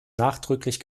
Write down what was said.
nachdrücklich